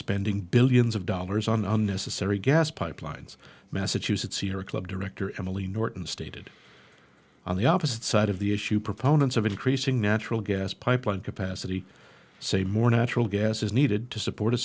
spending billions of dollars on unnecessary gas pipelines massachusetts sierra club director emily norton stated on the opposite side of the issue proponents of increasing natural gas pipeline capacity say more natural gas is needed to support a